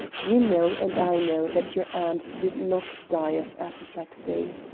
you know and i know that your aunt did not die of apoplexy.